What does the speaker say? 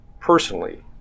personally